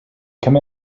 come